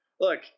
look